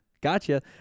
Gotcha